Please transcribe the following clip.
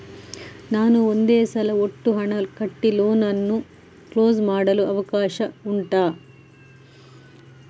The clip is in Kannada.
ನಾನು ಒಂದೇ ಸಲ ಒಟ್ಟು ಹಣ ಕಟ್ಟಿ ಲೋನ್ ಅನ್ನು ಕ್ಲೋಸ್ ಮಾಡಲು ಅವಕಾಶ ಉಂಟಾ